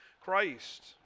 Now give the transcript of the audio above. Christ